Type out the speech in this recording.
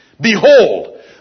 Behold